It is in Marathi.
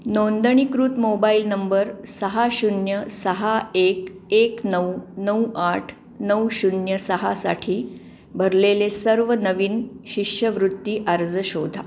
नोंदणीकृत मोबाईल नंबर सहा शून्य सहा एक एक नऊ नऊ आठ नऊ शून्य सहासाठी भरलेले सर्व नवीन शिष्यवृत्ती अर्ज शोधा